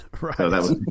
Right